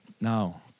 now